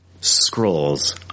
scrolls